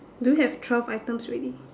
do you have twelve items already